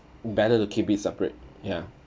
better to keep it separate ya